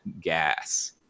gas